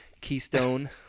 keystone